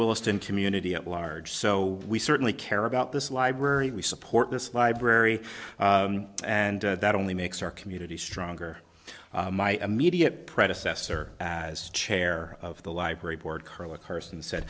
wilson community at large so we certainly care about this library we support this library and that only makes our community stronger my immediate predecessor as chair of the library board carla kirsten said